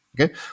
Okay